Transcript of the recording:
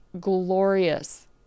glorious